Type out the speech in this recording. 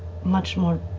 much more